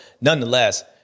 nonetheless